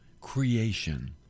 creation